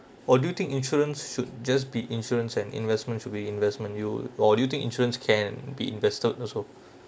or do you think insurance should just be insurance and investment should be investment you or do you think insurance can be invested also